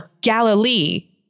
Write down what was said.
Galilee